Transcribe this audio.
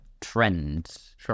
trends